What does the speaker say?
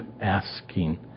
asking